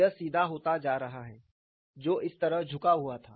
यह सीधा होता जा रहा है जो इस तरह झुका हुआ था